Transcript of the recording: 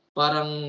parang